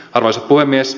arvoisa puhemies